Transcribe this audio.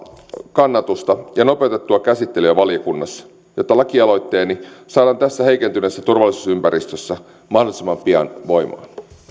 kannatusta ja nopeutettua käsittelyä valiokunnassa jotta lakialoitteeni saadaan tässä heikentyneessä turvallisuusympäristössä mahdollisimman pian voimaan